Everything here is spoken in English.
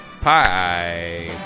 Pie